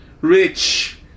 rich